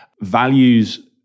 values